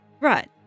Right